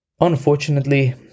Unfortunately